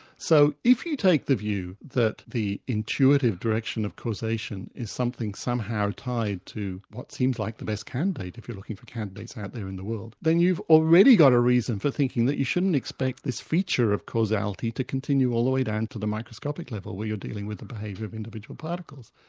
so if you take the view that the intuitive direction of causation is something somehow tied to what seems like the best candidate, if you're looking for candidates out there in the world, then you've already got a reason for thinking that you shouldn't expect this feature of causality to continue all the way down to the microscopic level where you're dealing with the behaviour of individual particles.